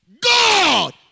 God